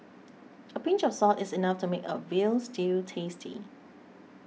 a pinch of salt is enough to make a Veal Stew tasty